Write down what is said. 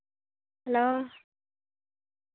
hello